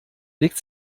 legt